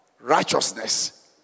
righteousness